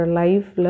life